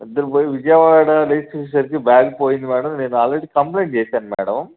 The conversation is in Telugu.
నిద్రబోయి విజయవాడ లేసి చూసేసరికి బ్యాగ్ పోయింది మేడం నేను ఆల్రెడీ కంప్లైంట్ చేసాను మేడం